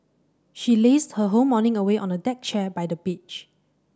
she lazed her whole morning away on a deck chair by the beach